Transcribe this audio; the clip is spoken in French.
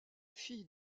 fille